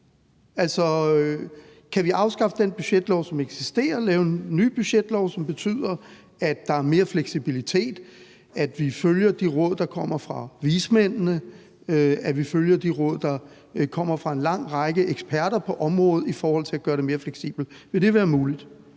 kan vi afskaffe den budgetlov, som eksisterer, og lave en ny budgetlov, som betyder, at der er mere fleksibilitet, at vi følger de råd, der kommer fra vismændene, at vi følger de råd, der kommer fra en lang række eksperter på området i forhold til at gøre det mere fleksibelt? Vil det være muligt?